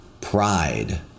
pride